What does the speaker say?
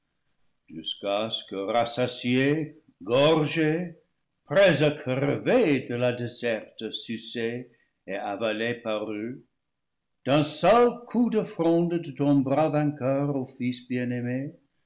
jusqu'à ce que rassa siés gorgés prêts à crever de la desserte sucée et avalée par eux d'un seul coup de fronde de ton bras vainqueur ô fils bien